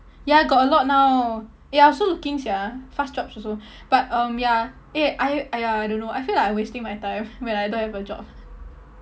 ya got a lot now eh I also looking sia fast jobs also but um ya eh I !aiya! I don't know I feel like I'm wasting my time when I don't have a job